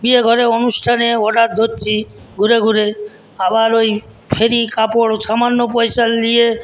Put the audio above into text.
বিয়ে বাড়ির অনুষ্ঠানের অর্ডার ধরছি ঘুরে ঘুরে আবার ওই ফেরি কাপড় সামান্য পয়সা নিয়ে